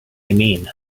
mean